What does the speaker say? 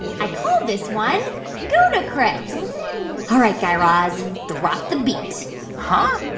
i call this one gouda-cris all right, guy raz, drop the beat huh?